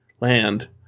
land